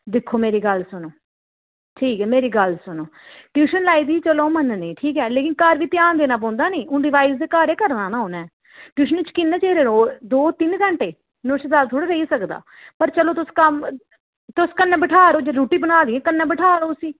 दिक्खो मेरी गल्ल सुनो ठीक ऐ मेरी गल्ल सुनो ट्यूशन लाए दी चलो ओह् मन्ननी ठीक ऐ लेकिन घर बी ध्यान देने पौंदा निं हुन रिवाइज ते घर ई करना ना उ'न्नै ट्यूशन च किन्ने चिर रौह्ग दो तिन्न घैंटे नुहाड़े शा जैदा थोह्ड़ी रेही सकदा पर चलो तुस कम्म तुस कन्नै बठा रो जे रुट्टी बना दियां कन्नै बठा रो उस्सी